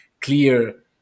clear